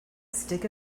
stick